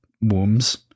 wombs